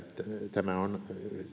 tämä on